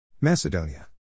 Macedonia